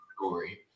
story